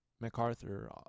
MacArthur